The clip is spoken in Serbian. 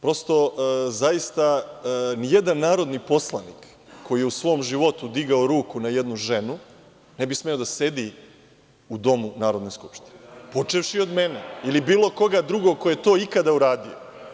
Prosto, zaista, nijedan narodni poslanik kojije u svom životu digao ruku na jednu ženu ne bi smeo da sedi u domu Narodne skupštine, počevši od mene ili bilo koga drugog ko je to ikada uradio.